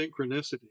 synchronicity